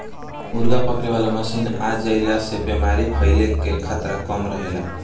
मुर्गा पकड़े वाला मशीन के आ जईला से बेमारी फईले कअ खतरा कम रहेला